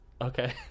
Okay